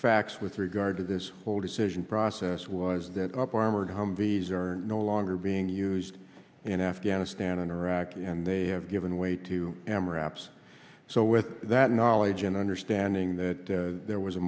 facts with regard to this whole decision process was that up armored humvees are no longer being used in afghanistan and iraq and they have given way to m raps so with that knowledge and understanding that there was a